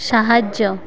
ସାହାଯ୍ୟ